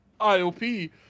IOP